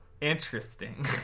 interesting